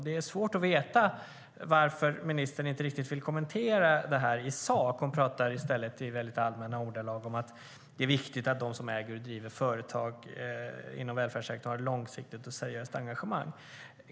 Det är svårt att veta varför ministern inte riktigt vill kommentera det i sak; hon pratar i stället i allmänna ordalag om att det är viktigt att de som äger och driver företag inom välfärdssektorn har ett långsiktigt och seriöst engagemang.